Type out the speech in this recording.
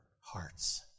hearts